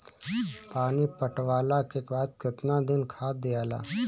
पानी पटवला के बाद केतना दिन खाद दियाला?